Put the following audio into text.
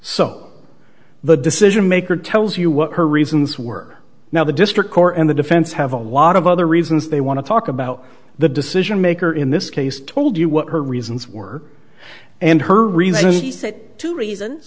so the decision maker tells you what her reasons were now the district court and the defense have a lot of other reasons they want to talk about the decision maker in this case told you what her reasons were and her reasons he said two reasons